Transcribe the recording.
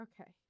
okay